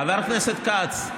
חבר הכנסת כץ,